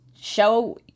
show